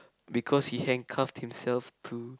because he handcuffed himself to